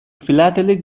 philatelic